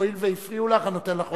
הואיל והפריעו לך אני נותן לך עוד דקה.